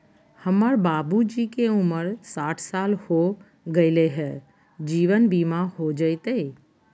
हमर बाबूजी के उमर साठ साल हो गैलई ह, जीवन बीमा हो जैतई?